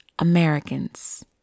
Americans